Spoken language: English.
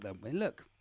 look